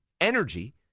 energy